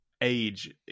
age